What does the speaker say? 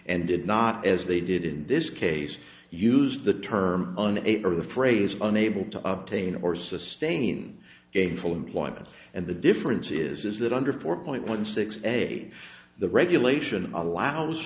and did not as they did in this case use the term an ape or the phrase unable to of pain or sustain a full employment and the difference is that under four point one six a the regulation allows